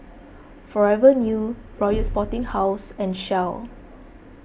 Forever New Royal Sporting House and Shell